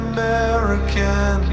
American